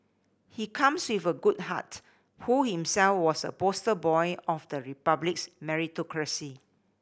he comes with a good heart who himself was a poster boy of the Republic's meritocracy